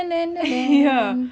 I remember script dia semua